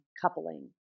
coupling